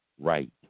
right